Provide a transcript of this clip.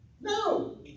No